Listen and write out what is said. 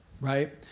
right